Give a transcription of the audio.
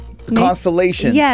Constellations